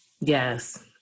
yes